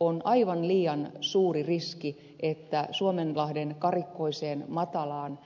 on aivan liian suuri riski että suomenlahden karikkoiseen matalaan